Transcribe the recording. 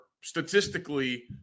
statistically